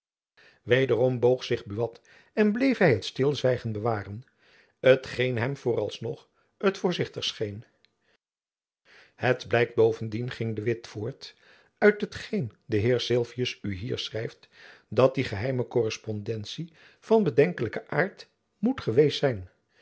wederom boog zich buat en bleef hy het stilzwijgen bewaren t geen hem voor als nog t voorzichtigst scheen het blijkt bovendien ging de witt voort uit hetgeen de heer sylvius u hier schrijft dat die geheime korrespondentie van bedenkelijken aart moet jacob van lennep elizabeth musch geweest zijn